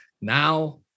now